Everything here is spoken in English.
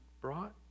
brought